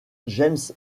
james